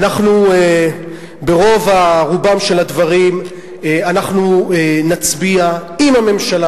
ברוב רובם של הדברים אנחנו נצביע עם הממשלה,